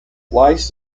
weiss